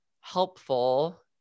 helpful